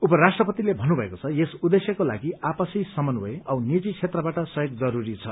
उपराष्ट्रपतिले भन्नुभएको छ यस उद्देश्यको लागि आपसी समन्वय औ निजी क्षेत्रबाट सहयोग जरूरी छ